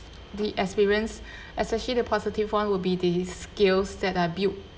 the experience especially the positive [one] will be these skills that I built